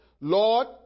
Lord